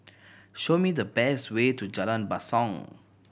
show me the best way to Jalan Basong